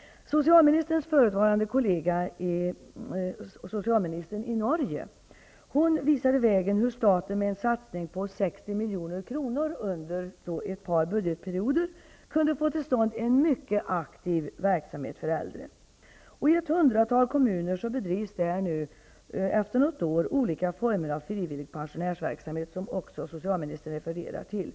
Socialministerns förutvarande kollega i Norge visade hur staten med en satsning på 60 milj.kr. under ett par budgetperioder kunde få till stånd en mycket aktiv verksamhet för äldre. I ett hundratal kommuner bedrivs där nu efter något år olika former av frivillig pensionärsverksamhet, som också socialministern refererade till.